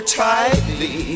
tightly